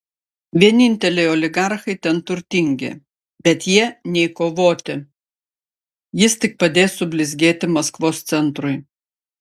vieninteliai oligarchai ten turtingi bet jie nei kovoti jis tik padės sublizgėti maskvos centrui